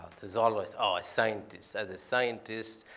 there's always, oh, a scientist. as a scientist,